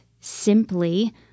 simply